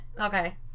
Okay